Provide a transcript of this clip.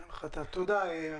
תודה.